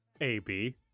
AB